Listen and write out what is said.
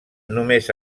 només